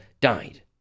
died